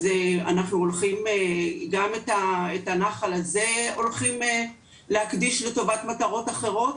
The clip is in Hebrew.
אז אנחנו הולכים גם את הנחל הזה הולכים להקדיש לטובת מטרות אחרות?